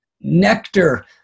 Nectar